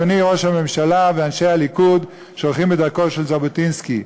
אדוני ראש הממשלה ואנשי הליכוד שהולכים בדרכו של ז'בוטינסקי,